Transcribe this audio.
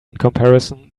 comparison